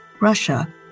Russia